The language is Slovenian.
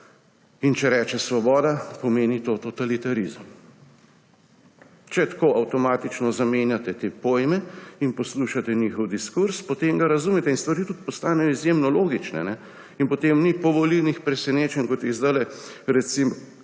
In če reče svoboda, pomeni to totalitarizem. Če tako avtomatično zamenjate te pojme in poslušate njihov diskurz, potem ga razumete in stvari tudi postanejo izjemno logične. In potem ni povolilnih presenečenj, kot zdajle recimo